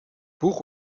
buch